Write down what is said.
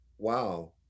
wow